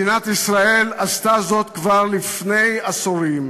מדינת ישראל עשתה זאת כבר לפני עשורים.